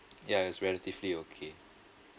ya is relatively okay